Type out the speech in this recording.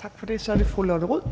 Kl. 18:03 Tredje næstformand